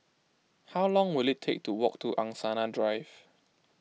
how long will it take to walk to Angsana Drive